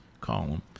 column